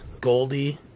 Goldie